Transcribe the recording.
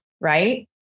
Right